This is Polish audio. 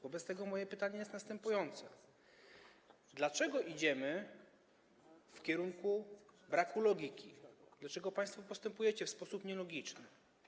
Wobec tego moje pytanie jest następujące: Dlaczego idziemy w kierunku braku logiki, dlaczego państwo postępujecie w sposób nielogiczny?